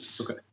Okay